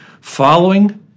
following